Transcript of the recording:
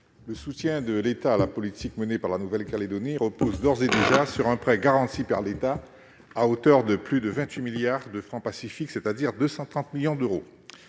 Le soutien de l'État à la politique menée par la Nouvelle-Calédonie repose d'ores et déjà sur un prêt garanti par l'État à hauteur de plus de 28 milliards de francs Pacifique, soit 230 millions d'euros.